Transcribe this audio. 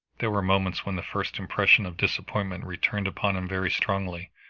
there were moments when the first impression of disappointment returned upon him very strongly,